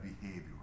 behavior